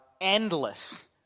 endless